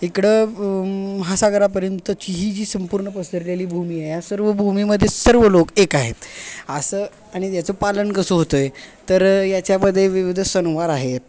इकडं महासागरापर्यंतची ही जी संपूर्ण पसरलेली भूमी आहे सर्व भूमीमध्ये सर्व लोक एक आहेत असं आणि याचं पालन कसं होतं आहे तर याच्यामध्ये विविध सण वार आहेत